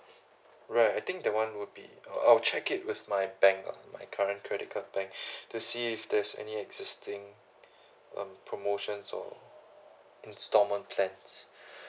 right I think that one would be I'll check it with my bank lah my current credit card bank to see if there's any existing um promotions or installment plans